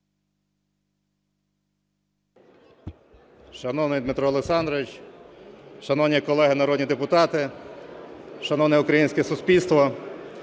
Шановний Дмитре Олександровичу, шановні колеги народні депутати, шановне українське суспільство!